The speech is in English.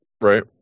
right